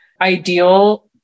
ideal